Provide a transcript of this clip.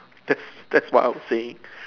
that's that's what I would saying